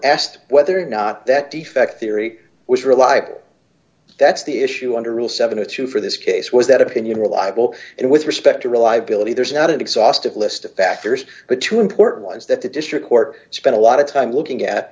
asked whether or not that defect theory was reliable that's the issue under rule seventy two for this case was that opinion reliable and with respect to reliability d there's not an exhaustive list of factors but two important ones that the district court spent a lot of time looking at